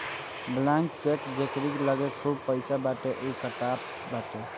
blank cheque जेकरी लगे खूब पईसा बाटे उ कटात बाटे